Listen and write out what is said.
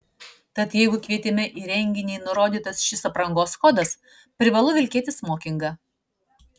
tad jeigu kvietime į renginį nurodytas šis aprangos kodas privalu vilkėti smokingą